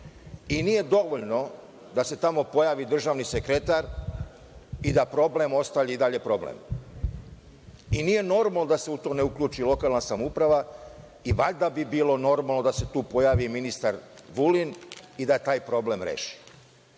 Nije dovoljno da se tamo pojavi državni sekretar i da problem i dalje bude problem. Nije normalno da se u to ne uključi lokalna samouprava i valjda bi bilo normalno da se tu pojavi ministar Vulin i da taj problem